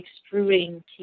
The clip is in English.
extruding